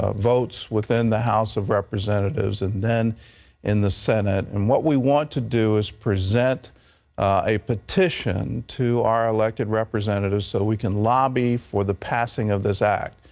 ah votes within the house of representatives, and then in the senate. and what we want to do is present a petition to our elected representatives so we can lobby for the passing of this act.